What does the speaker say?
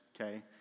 okay